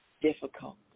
difficult